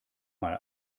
mal